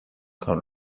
کار